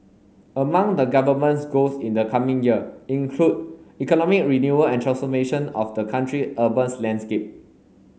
among the Government's goals in the coming year include economic renewal and transformation of the country urbans landscape